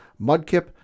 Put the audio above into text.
Mudkip